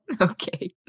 Okay